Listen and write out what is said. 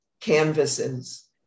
canvases